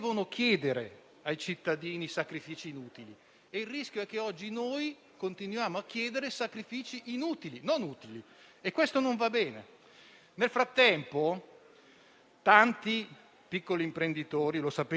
Nel frattempo tanti piccoli imprenditori - lo sapete anche voi - stanno rimettendo in gioco i propri beni personali nel tentativo di salvare le proprie imprese.